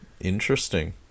Interesting